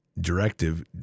directive